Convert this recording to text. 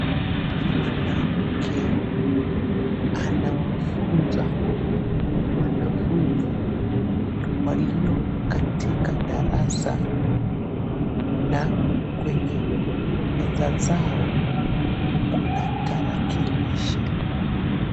Mwanamke anawafunza wanafunzi walio katika darasa na kwenye meza zao kuna tarakilishi.